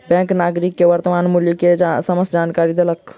bank नागरिक के वर्त्तमान मूल्य के समस्त जानकारी देलक